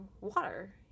water